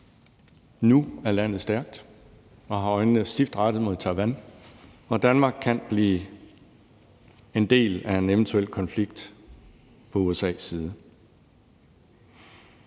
nu er landet stærkt og har øjnene stift rettet mod Taiwan, og Danmark kan blive en del af en eventuel konflikt på USA's side.